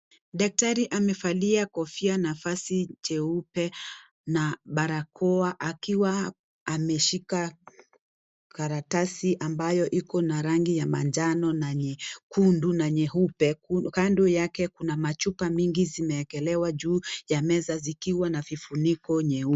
Daktari amevalia kofia na vazi jeupe na barakoa akiwa ameshika karatasi ambayo iko na rangi ya manjano na nyekundu na nyeupe, kando yake kuna machupa mingi zimeekelewa juu ya meza zikiwa na vifuniko nyeupe.